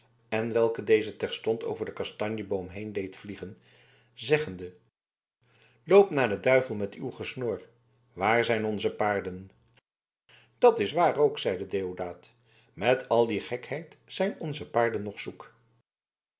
en welken deze terstond over den kastanjeboom heen deed vliegen zeggende loop naar den duivel met uw gesnor waar zijn onze paarden dat is waar ook zeide deodaat met al die gekheid zijn onze paarden nog zoek